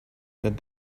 that